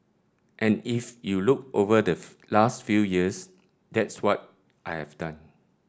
and if you look over the last few years that's what I have done